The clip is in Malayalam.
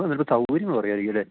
അതിനപ്പം സൗകര്യം കുറയുവായിരിക്കും അല്ലേ